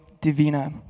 Divina